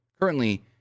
Currently